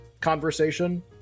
conversation